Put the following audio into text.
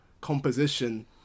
composition